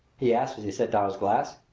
he asked as he set down his glass.